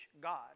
God